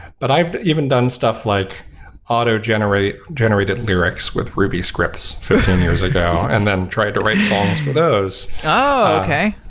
but i've even done stuff like auto generated generated lyrics with ruby scripts fifteen years ago and then try to write songs for those. oh, okay.